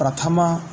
प्रथम